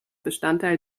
bestandteil